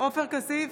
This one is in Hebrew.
עופר כסיף,